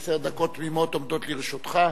עשר דקות תמימות עומדות לרשותך.